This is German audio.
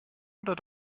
oder